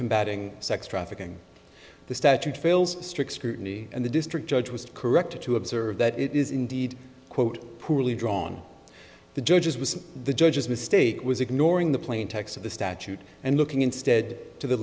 combating sex trafficking the statute fails strict scrutiny and the district judge was correct to observe that it is indeed quote poorly drawn the judges was the judge's mistake was ignoring the plain text of the statute and looking instead to the